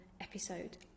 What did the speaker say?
episode